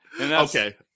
Okay